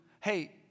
hey